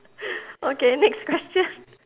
okay next question